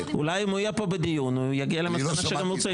אולי אם הוא יהיה פה בדיון הוא יגיע למסקנה שגם הוא צריך למשוך.